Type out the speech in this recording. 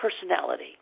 personality